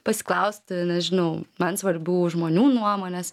pasiklausti nežinau man svarbių žmonių nuomonės